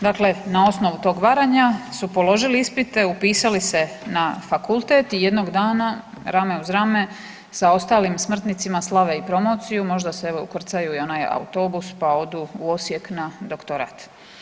Dakle, na osnovu tog varanja su položili ispite, upisali se na fakultet i jednog dana rame uz rame sa ostalim smrtnicima slave i promociju možda se evo ukrcaju i u onaj autobus pa odu u Osijek na doktorat.